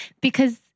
Because-